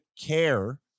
care